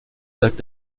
sagt